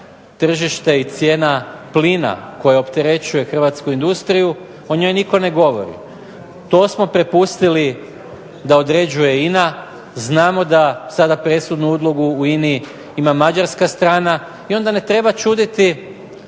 tržište i cijena plina koja opterećuje hrvatsku industriju. O njoj nitko ne govori. To smo prepustili da određuje INA. Znamo da sada presudnu ulogu u INA-i ima mađarska strana i onda ne treba čuditi